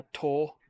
tour